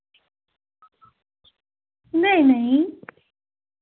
नेईं नेईं